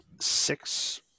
six